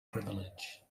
privilege